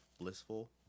Blissful